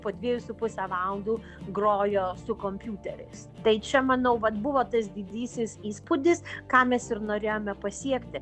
po dviejų su puse valandų grojo su kompiuteriais tai čia manau vat buvo tas didysis įspūdis ką mes ir norėjome pasiekti